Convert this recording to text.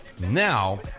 Now